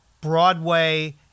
Broadway